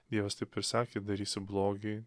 dievas taip ir sakė darysi blogį